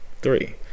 three